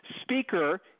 speaker